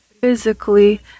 physically